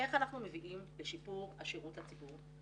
איך אנחנו מביאים לשיפור השירות לציבור.